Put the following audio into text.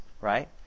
right